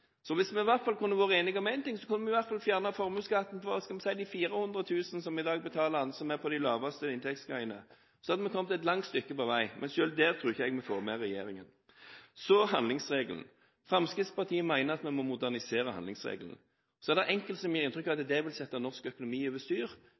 Så hvis vi i hvert fall kunne være enige om én ting, kunne vi fjernet formuesskatten for, skal vi si, de 400 000 med de laveste inntektene som i dag betaler den. Da hadde vi kommet et langt stykke på vei. Men selv der tror jeg ikke vi får med regjeringen. Så om handlingsregelen. Fremskrittspartiet mener at vi må modernisere handlingsregelen. Så er det enkelte som gir inntrykk av at